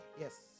Yes